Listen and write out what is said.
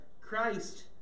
Christ